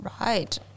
Right